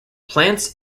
plants